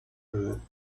behörden